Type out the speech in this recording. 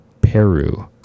Peru